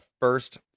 first